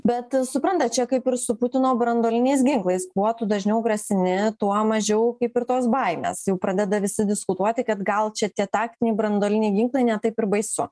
bet suprantat čia kaip ir su putino branduoliniais ginklais kuo tu dažniau grasini tuo mažiau kaip ir tos baimės jau pradeda visi diskutuoti kad gal čia tie taktiniai branduoliniai ginklai ne taip ir baisu